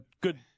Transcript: good